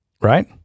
Right